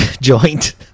joint